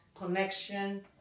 connection